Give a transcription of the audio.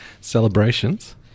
celebrations